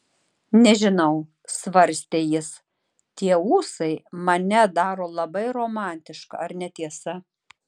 nežinau svarstė jis tie ūsai mane daro labai romantišką ar ne tiesa